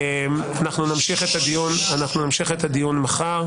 נמשיך את הדיון מחר.